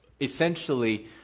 essentially